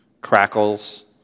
crackles